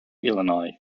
illinois